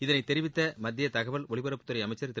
இதளை தெரிவித்த மத்திய தகவல் ஒலிபரப்புத்துறை அமைச்சர் திரு